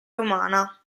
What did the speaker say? romana